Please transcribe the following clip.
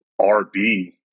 rb